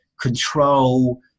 control